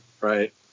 Right